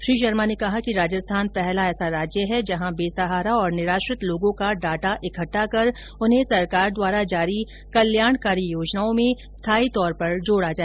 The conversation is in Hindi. श्री शर्मा ने कहा कि राजस्थान पहला ऐसा राज्य है जहां बेसहारा और निराश्रित लोगों का डाटा इकट्ठा कर उन्हें सरकार द्वारा जारी कल्याणकारी योजनाओं में स्थायी तौर पर जोड़ा जाएगा